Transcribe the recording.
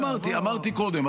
אמרתי קודם,